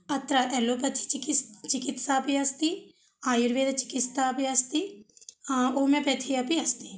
अत्र एलोपति चिकित्सा चिकित्सापि अस्ति आयुर्वेदचिकित्सा अपि अस्ति ओमियोपथि अपि अस्ति